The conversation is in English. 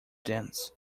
dance